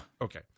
Okay